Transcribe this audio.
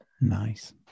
Nice